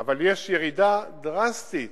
אבל יש ירידה דרסטית